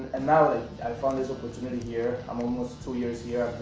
and now i found this opportunity here. i'm almost two years here.